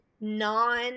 non